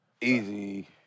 Easy